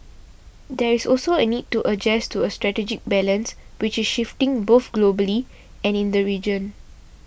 there is also a need to adjust to a strategic balance which is shifting both globally and in the region